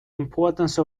importance